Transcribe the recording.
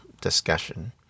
discussion